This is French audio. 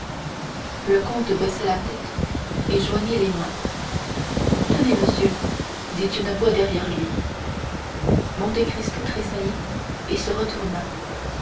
le comte baissa la tête et joignit les mains tenez monsieur dit une voix derrière lui monte cristo tressaillit et se retourna